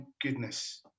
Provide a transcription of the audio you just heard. goodness